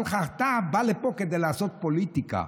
אתה בא לפה כדי לעשות פוליטיקה.